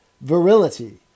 virility